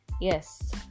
yes